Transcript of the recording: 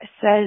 Says